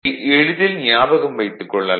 இதை எளிதில் ஞாபகம் வைத்துக் கொள்ளலாம்